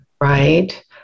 Right